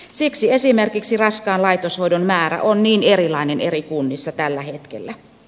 siksi esimerkiksi raskaan laitoshoidon määrä on niin erilainen eri kunnissa tällä hetkellä